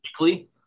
weekly